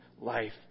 life